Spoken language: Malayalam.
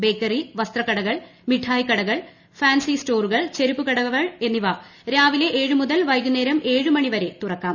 ബേക്കറി വസ്ത്രക്കടകൾ മിഠായിക്കടകൾ ഫാൻസി സ്റ്റോറുകൾ ചെരിപ്പുകടകൾ എന്നിവ രാവിലെ ഏഴുമുതൽ വൈകുന്നേരം ഏഴുമണിവരെ തുറക്കാം